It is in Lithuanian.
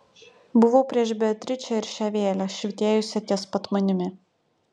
buvau prieš beatričę ir šią vėlę švytėjusią ties pat manimi